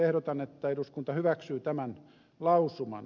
ehdotan että eduskunta hyväksyy tämän lausuman